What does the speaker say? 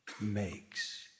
makes